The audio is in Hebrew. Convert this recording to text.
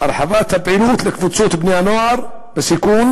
הרחבת הפעילות לקבוצות בני-נוער בסיכון